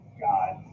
God